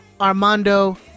Armando